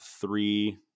three